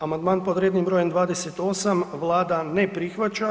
Amandman pod rednim brojem 28 Vlada ne prihvaća.